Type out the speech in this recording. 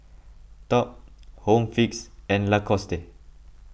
Top Home Fix and Lacoste